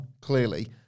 Clearly